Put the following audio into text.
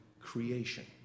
creation